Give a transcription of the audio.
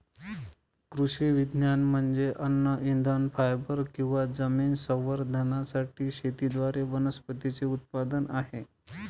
कृषी विज्ञान म्हणजे अन्न इंधन फायबर किंवा जमीन संवर्धनासाठी शेतीद्वारे वनस्पतींचे उत्पादन आहे